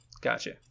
Gotcha